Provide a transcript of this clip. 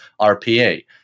RPA